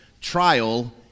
Trial